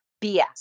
BS